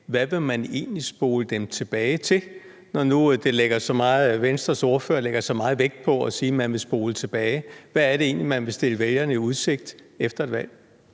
Hvad vil man egentlig spole dem tilbage til, når nu Venstres ordfører lægger så meget vægt på at sige, at man vil spole dem tilbage? Hvad er det egentlig, man vil stille vælgerne i udsigt efter et valg?